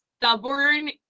stubborn